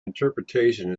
interpretation